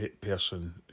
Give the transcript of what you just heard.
person